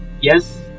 Yes